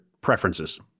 preferences